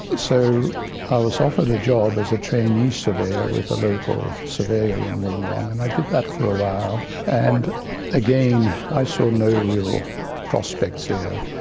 so i was offered a job as a trainee surveyor with a local surveyor in wollongong and i did that for a while. and again, i saw no real prospects there.